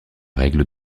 règle